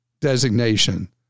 designation